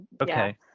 okay